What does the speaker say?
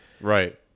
Right